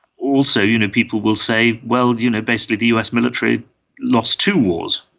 also you know people will say, well, you know basically the us military lost two wars.